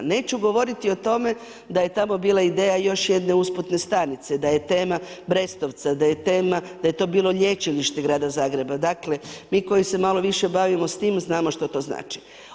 Neću govoriti o tome da je tamo bila ideja još jedne usputne stanice da je tema Brestovca, da je to bilo lječilište grada Zagreba, dakle mi koji se malo više bavimo s tim znamo što to znači.